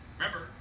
Remember